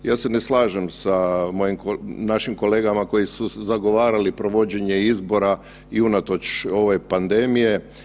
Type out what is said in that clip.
Ja se ne slažem sa mojim, našim kolegama koji su zagovarali provođenje izbora i unatoč ovoj pandemiji.